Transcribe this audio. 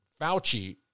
Fauci